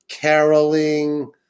caroling